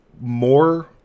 more